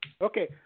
Okay